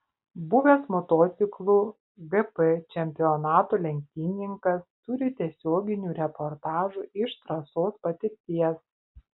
buvęs motociklų gp čempionatų lenktynininkas turi tiesioginių reportažų iš trasos patirties